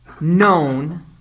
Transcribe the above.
known